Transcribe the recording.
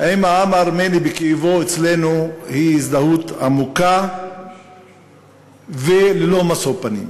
עם העם הארמני בכאבו היא אצלנו הזדהות עמוקה וללא משוא פנים.